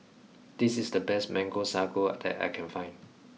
this is the best mango Sago that I can find